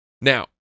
Now